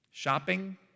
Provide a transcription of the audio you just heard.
Shopping